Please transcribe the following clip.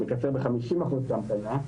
הוא מקצר בחמישים אחוז את ההמתנה,